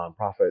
nonprofit